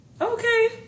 okay